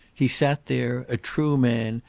he sat there, a true man,